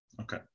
Okay